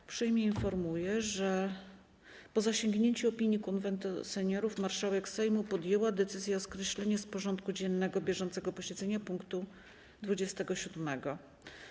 Uprzejmie informuję, że po zasięgnięciu opinii Konwentu Seniorów marszałek Sejmu podjęła decyzję o skreśleniu z porządku dziennego bieżącego posiedzenia punktu 27.